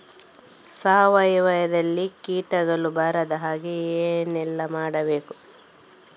ಸಾವಯವದಲ್ಲಿ ಕೀಟಗಳು ಬರದ ಹಾಗೆ ಏನೆಲ್ಲ ಮಾಡಬಹುದು?